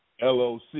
LOC